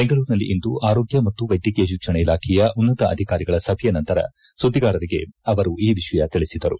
ಬೆಂಗಳೂರಿನಲ್ಲಿಂದು ಆರೋಗ್ಯ ಮತ್ತು ವೈದ್ಯಕೀಯ ಶಿಕ್ಷಣ ಇಲಾಖೆಯ ಉನ್ನತ ಅಧಿಕಾರಿಗಳ ಸಭೆಯ ನಂತರ ಸುದ್ದಿಗಾರರಿಗೆ ಅವರು ಈ ವಿಷಯ ತಿಳಿಸಿದರು